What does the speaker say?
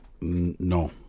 No